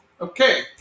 Okay